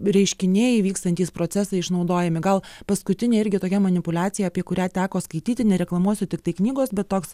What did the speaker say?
reiškiniai vykstantys procesai išnaudojami gal paskutinė irgi tokia manipuliacija apie kurią teko skaityti nereklamuosiu tiktai knygos bet toks